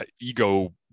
ego